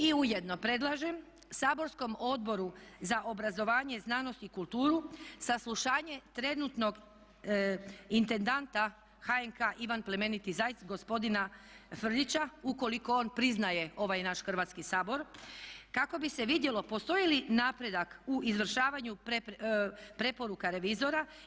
I ujedno predlažem saborskom Odboru za obrazovanje, znanost i kulturu, saslušanje trenutnog intendanta HNK Ivan plemeniti Zajc, gospodina Frljića ukoliko on priznaje ovaj naš Hrvatski sabor kako bi se vidjelo postoji li napredak u izvršavanju preporuka revizora.